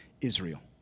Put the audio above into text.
Israel